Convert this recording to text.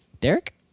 Derek